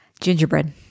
Gingerbread